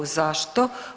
Zašto?